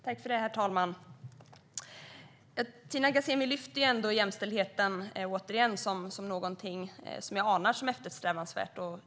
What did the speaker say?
Herr talman! Tina Ghasemi lyfter fram jämställdheten som någonting eftersträvansvärt, uppfattar jag.